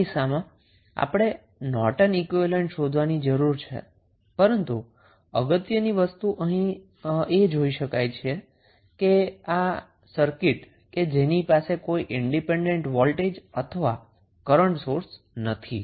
આ કિસ્સામાં આપણે નોર્ટન ઈક્વીવેલેન્ટ શોધવો જરુરી છે પરંતુ અગત્યની વસ્તુ અહી એ જોઈ શકીએ છીએ કે આ સર્કિટ પાસે કોઈ ઈન્ડીપેન્ડન્ટ વોલ્ટેજ અથવા કરન્ટ સોર્સ નથી